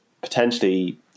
potentially